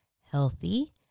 healthy